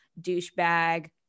douchebag